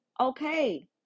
okay